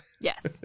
Yes